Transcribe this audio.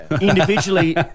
Individually